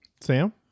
Sam